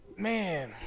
Man